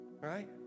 right